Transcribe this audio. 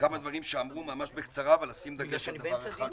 לכמה דברים שאמרו ממש בקצרה ולשים דגש על דבר אחד שהוא,